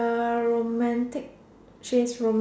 a romantic